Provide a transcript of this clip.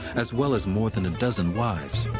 as well as more than a dozen wives.